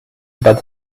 about